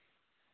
hello